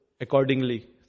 accordingly